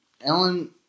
Ellen